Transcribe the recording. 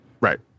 right